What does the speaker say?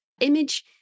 image